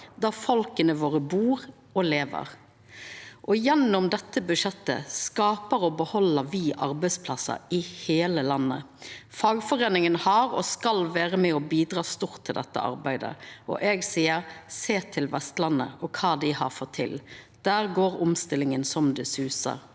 der folka våre bur og lever. Og gjennom dette budsjettet skapar og beheld me arbeidsplassar i heile landet. Fagforeiningane har bidrege og skal vera med og bidra stort til dette arbeidet – og eg seier: Sjå til Vestlandet og kva dei har fått til. Der går omstillinga så det susar.